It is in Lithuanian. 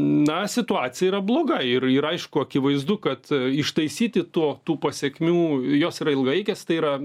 na situacija yra bloga ir ir aišku akivaizdu kad ištaisyti to tų pasekmių jos yra ilgalaikės tai yra